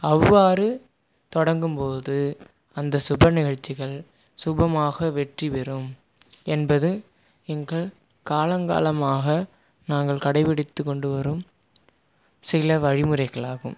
அவ்வாறு தொடங்கும் போது அந்த சுப நிகழ்ச்சிகள் சுபமாக வெற்றி பெறும் என்பது எங்கள் காலங்காலமாக நாங்கள் கடைப்பிடித்து கொண்டு வரும் சில வழிமுறைகள் ஆகும்